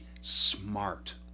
smart